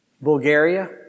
Bulgaria